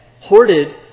hoarded